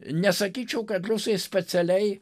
nesakyčiau kad rusai specialiai